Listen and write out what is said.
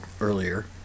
earlier